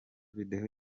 video